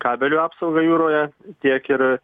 kabelių apsaugą jūroje tiek ir